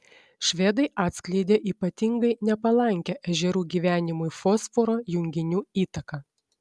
švedai atskleidė ypatingai nepalankią ežerų gyvenimui fosforo junginių įtaką